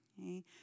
Okay